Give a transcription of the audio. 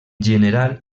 general